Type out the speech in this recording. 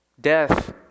Death